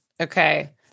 Okay